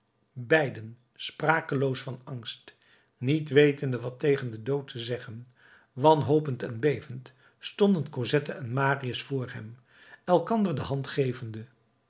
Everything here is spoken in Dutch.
beiden sprakeloos van angst niet wetende wat tegen den dood te zeggen wanhopend en bevend stonden cosette en marius voor hem elkander de hand gevende